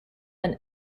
and